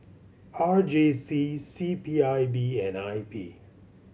R J C C P I B and I P